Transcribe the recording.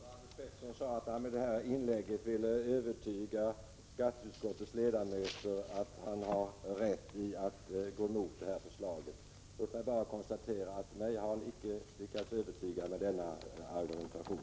Herr talman! Karl-Anders Petersson sade att han med detta inlägg ville övertyga skatteutskottets ledamöter om att han har rätt som går emot vårt förslag. Låt mig konstatera: Mig har han inte lyckats övertyga med denna argumentation.